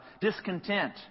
discontent